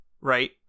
right